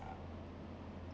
um